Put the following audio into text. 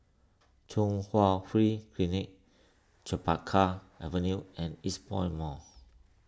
Chung Hwa Free Clinic Chempaka Avenue and Eastpoint Mall